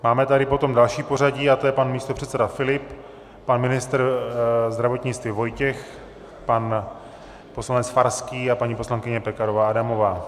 Máme tady potom další pořadí, a to je pan místopředseda Filip, pan ministr zdravotnictví Vojtěch, pan poslanec Farský a paní poslankyně Pekarová Adamová.